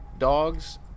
Dogs